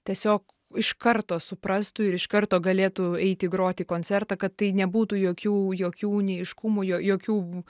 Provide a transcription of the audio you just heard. tiesiog iš karto suprastų ir iš karto galėtų eiti groti koncertą kad tai nebūtų jokių jokių neaiškumų jo jokių